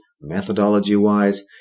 methodology-wise